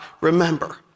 Remember